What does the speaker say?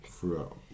throughout